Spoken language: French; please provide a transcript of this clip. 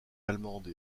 allemande